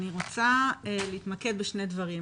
אני רוצה להתמקד בשני דברים.